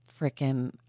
freaking